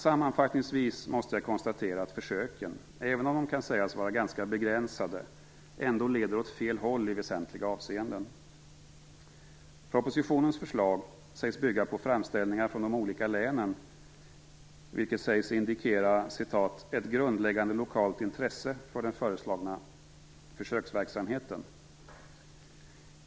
Sammanfattningsvis måste jag konstatera att försöken, även om de kan sägas vara ganska begränsade, ändå leder åt fel håll i väsentliga avseenden. Propositionens förslag sägs bygga på framställningar från de olika länen, vilket sägs indikera "ett grundläggande lokalt intresse för den föreslagna försöksverksamheten".